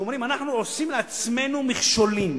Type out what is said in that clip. אומרים: אנחנו עושים לעצמנו מכשולים,